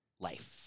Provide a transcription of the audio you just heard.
Life